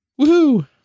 Woohoo